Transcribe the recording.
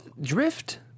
drift